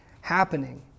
happening